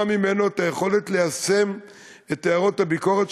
ממנו את היכולת ליישם את הערות הביקורת,